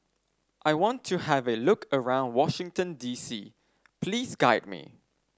I want to have a look around Washington D C please guide me